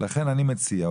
לכן אני מציע,